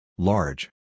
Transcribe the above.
Large